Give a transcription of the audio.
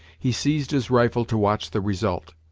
he seized his rifle to watch the result.